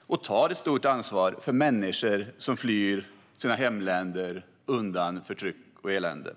och tar ett stort ansvar, för människor som flyr sina hemländer undan förtryck och elände.